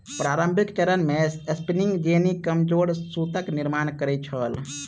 प्रारंभिक चरण मे स्पिनिंग जेनी कमजोर सूतक निर्माण करै छल